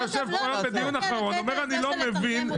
אתה יושב פה היום בדיון האחרון ואומר: אני לא מבין.